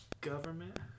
government